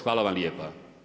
Hvala vam lijepa.